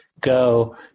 go